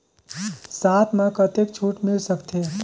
साथ म कतेक छूट मिल सकथे?